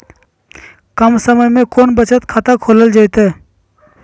कम समय में कौन बचत खाता खोले जयते?